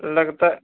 लगता